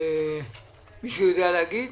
מישהו יודע להגיד?